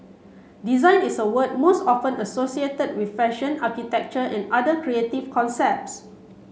design is a word most often associated with fashion architecture and other creative concepts